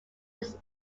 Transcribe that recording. his